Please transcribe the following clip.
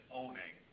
owning